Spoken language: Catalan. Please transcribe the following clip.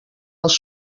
els